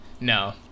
No